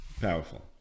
powerful